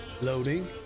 Loading